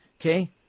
Okay